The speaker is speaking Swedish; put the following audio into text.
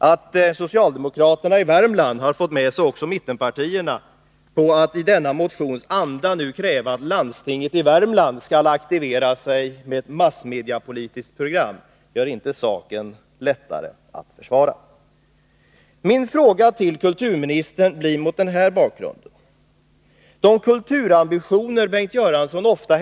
Att socialdemokraterna i Värmland har fått med sig också mittenpartierna på att i denna motions anda nu kräva att landstinget i Värmland skall aktivera sig med ett massmediapolitiskt program gör inte saken lättare att försvara. Bengt Göransson hänvisar ofta till att yttrandefriheten kan komma att stå i konflikt med kulturambitioner. Det oroar oss moderater.